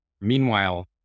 Meanwhile